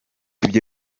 ibyo